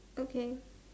okay